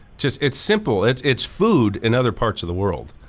just it's simple, it's it's food in other parts of the world.